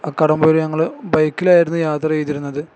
ആ കടമ്പപോര് ഞങ്ങൾ ബൈക്കിലായിരുന്നു യാത്ര ചെയ്തിരുന്നത്